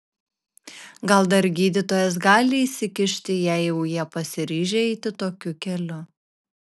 gal dar gydytojas gali įsikišti jei jau jie pasiryžę eiti tokiu keliu